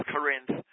Corinth